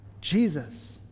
Jesus